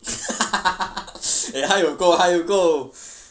他有够他有够